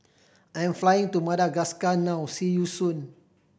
I'm flying to Madagascar now see you soon